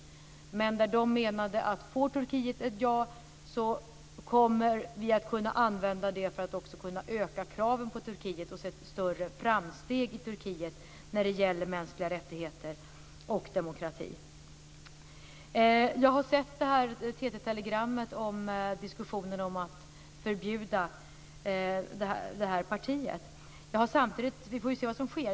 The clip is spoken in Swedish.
Organisationerna menade att om Turkiet får ett ja, kommer de att kunna använda det för att öka kraven på Turkiet och se större framsteg i Turkiet när det gäller mänskliga rättigheter och demokrati. Jag har sett TT-telegrammet om diskussionen att förbjuda partiet. Vi får se vad som sker.